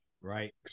right